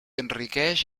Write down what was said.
enriqueix